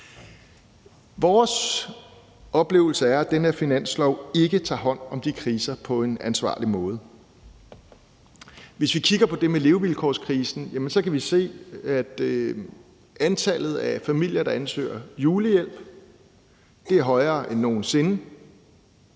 Vores oplevelse er, at det her finanslovsforslag ikke tager hånd om de kriser på en ansvarlig måde. Hvis vi kigger på det med levevilkårskrisen, kan vi se, at antallet af familier, der ansøger om julehjælp, er højere end nogen sinde.